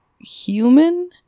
human